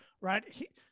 right